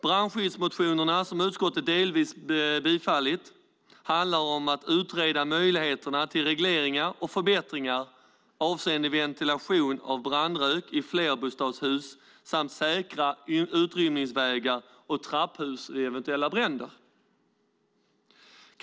Brandskyddsmotionerna, som utskottet delvis har tillstyrkt, handlar om att utreda möjligheterna till regleringar och förbättringar avseende ventilation av brandrök i flerbostadshus samt säkra utrymningsvägar och trapphus vid eventuella bränder.